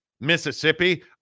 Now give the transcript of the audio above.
Mississippi